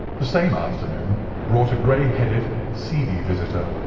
the same afternoon brought a grey-headed, seedy visitor,